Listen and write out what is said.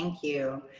ah you.